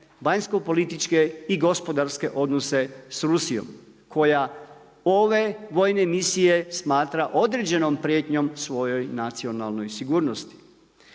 vanjsko-političke i gospodarske odnose sa Rusijom koja ove vojne misije smatra određenom prijetnjom svojoj nacionalnoj sigurnosti.